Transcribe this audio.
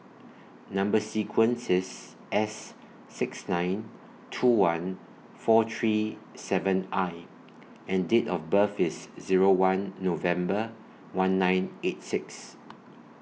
Number sequence IS S six nine two one four three seven I and Date of birth IS Zero one November one nine eight six